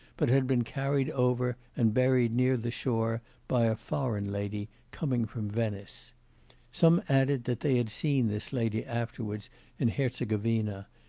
but had been carried over and buried near the shore by a foreign lady, coming from venice some added that they had seen this lady afterwards in herzegovina,